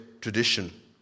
tradition